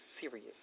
serious